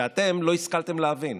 שאתם לא השכלתם להבין.